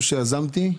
שיזמתי.